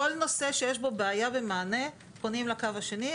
כל נושא שיש בו בעיה במענה, פונים לקו השני.